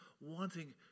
wanting